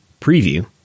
preview